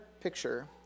picture